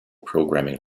programming